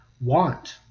want